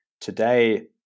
Today